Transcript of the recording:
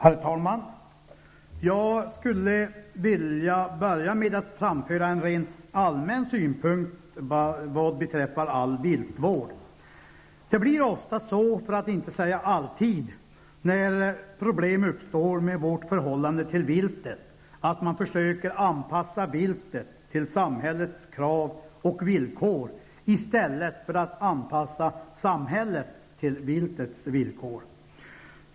Herr talman! Jag skulle vilja börja med att framföra en rent allmän synpunkt vad beträffar all viltvård. Det blir ofta så, för att inte säga alltid när problem uppstår med vårt förhållande till viltet, att man försöker anpassa viltet till samhällets krav och villkor i stället för att anpassa samhället till viltets villkor.